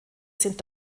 sind